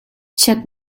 chiat